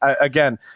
Again